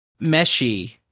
Meshi